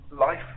life